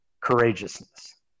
courageousness